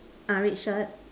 ah red shirt